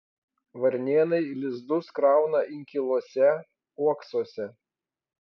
varnėnai lizdus krauna inkiluose uoksuose